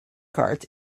cards